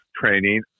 training